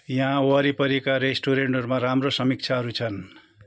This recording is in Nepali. यहाँ वरिपरिका रेस्टुरेन्टहरूमा राम्रो समीक्षाहरू छन्